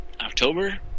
October